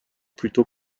plutôt